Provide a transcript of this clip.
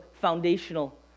foundational